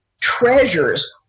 treasures